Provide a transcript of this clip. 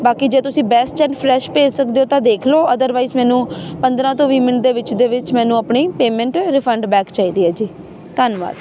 ਬਾਕੀ ਜੇ ਤੁਸੀਂ ਬੈਸਟ ਐਂਡ ਫਰੈਸ਼ ਭੇਜ ਸਕਦੇ ਹੋ ਤਾਂ ਦੇਖ ਲਉ ਅਦਰਵਾਈਜ਼ ਮੈਨੂੰ ਪੰਦਰਾਂ ਤੋਂ ਵੀਹ ਮਿੰਟ ਦੇ ਵਿੱਚ ਦੇ ਵਿੱਚ ਮੈਨੂੰ ਆਪਣੀ ਪੇਮੈਂਟ ਰਿਫੰਡ ਬੈਕ ਚਾਹੀਦੀ ਹੈ ਜੀ ਧੰਨਵਾਦ